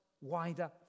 wider